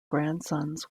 grandsons